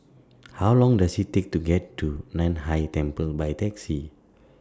How Long Does IT Take to get to NAN Hai Temple By Taxi